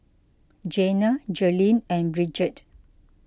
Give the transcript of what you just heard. Jana Jaelyn and Bridgett